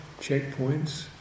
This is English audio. checkpoints